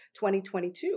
2022